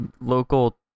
local